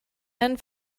and